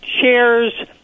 shares